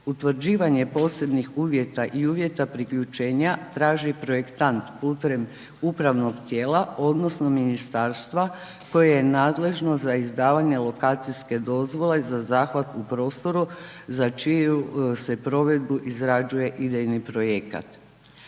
Utvrđivanje posebnih uvjeta i uvjeta priključenja traži projektant putem upravnog tijela odnosno ministarstva koje je nadležno za izdavanje lokacijske dozvole za zahvat u prostoru za čiju se provedbu izrađuje idejni projekat.